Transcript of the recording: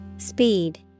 Speed